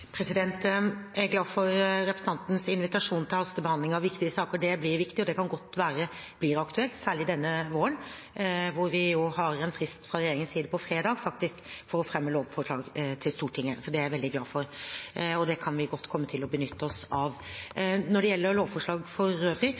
Jeg er glad for representantens invitasjon til hastebehandling av viktige saker. Det blir viktig, og det kan godt være at det blir aktuelt – særlig denne våren, hvor vi faktisk har en frist fra regjeringens side på fredag for å fremme lovforslag for Stortinget. Så det er jeg veldig glad for, og det kan vi godt komme til å benytte oss av. Når det gjelder lovforslag for øvrig,